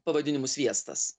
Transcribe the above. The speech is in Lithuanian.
pavadinimu sviestas